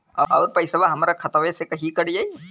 अउर पइसवा हमरा खतवे से ही कट जाई?